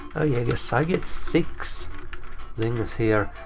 ah yes, i get six things here.